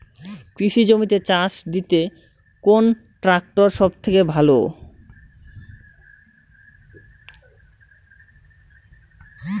কৃষি জমিতে চাষ দিতে কোন ট্রাক্টর সবথেকে ভালো?